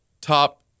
top